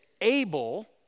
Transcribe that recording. able